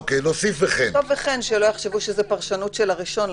נוסיף "וכן", שלא יחשבו שזה פרשנות של הראשון.